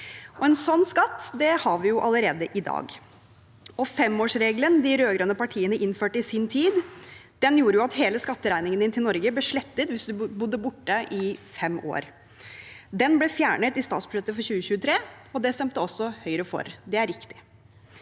En sånn skatt har vi allerede i dag. Femårsregelen de rød-grønne partiene innførte i sin tid, gjorde at hele skatteregningen din til Norge ble slettet hvis du bodde borte i fem år. Den ble fjernet i statsbudsjettet for 2023, og det stemte også Høyre for. Det er riktig.